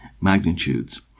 magnitudes